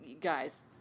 guys